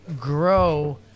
grow